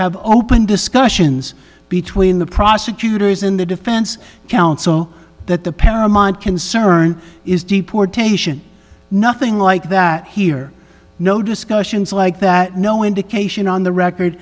have open discussions between the prosecutors in the defense counsel that the paramount concern is deportation nothing like that here no discussions like that no indication on the record